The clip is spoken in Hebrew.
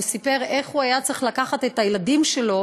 והוא סיפר איך הוא היה צריך לקחת את הילדים שלו